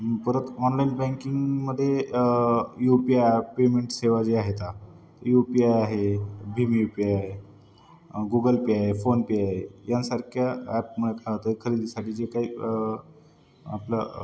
परत ऑनलाईन बँकिंगमध्ये U P I payment सेवा जे आहेत यू पी आय आहे भीम U P I Google Pay आहे फोन पे आहे यांसारख्या ॲपमुळे काय होतं आहे खरेदीसाठी जे काही आपलं